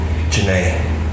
Janae